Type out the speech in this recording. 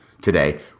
today